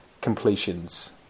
completions